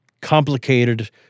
complicated